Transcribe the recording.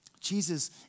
Jesus